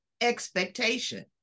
expectation